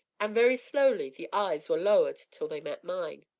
and very slowly the eyes were lowered till they met mine.